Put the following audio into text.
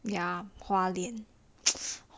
ya 花莲花莲